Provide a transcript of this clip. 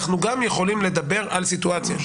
אנחנו גם יכולים לדבר על סיטואציה.